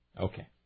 Okay